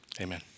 Amen